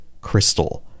crystal